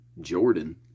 Jordan